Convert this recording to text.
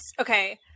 okay